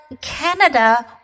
Canada